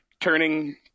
turning